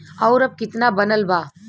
और अब कितना बनल बा?